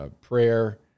Prayer